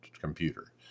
computer